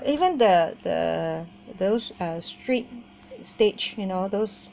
even the the those are street stage in all those